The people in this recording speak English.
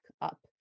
up